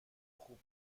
خوب